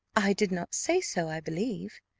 i did not say so, i believe.